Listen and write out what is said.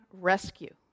rescue